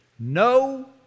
No